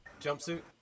jumpsuit